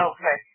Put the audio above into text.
Okay